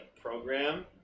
program